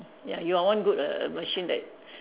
ya your one good err err machine that